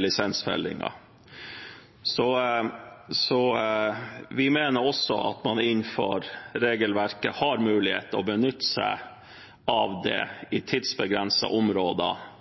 lisensfellingen. Vi mener også at man innenfor regelverket har mulighet til å benytte seg av